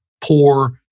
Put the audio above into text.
poor